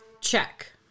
Check